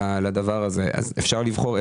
אפשר,